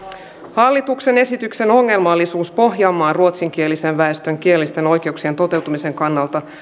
hallituksen esityksen ongelmallisuus pohjanmaan ruotsinkielisen väestön kielellisten oikeuksien toteutumisen kannalta